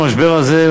המשבר הזה,